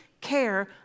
care